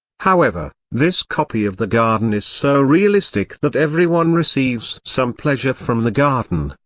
however, this copy of the garden is so realistic that everyone receives some pleasure from the garden,